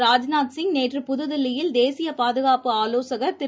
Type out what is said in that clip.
ராஜ்நாத் சிங் நேற்று புதுதில்லியில் தேசியபாதுகாப்பு ஆலோசகர் திரு